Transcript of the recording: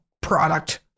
product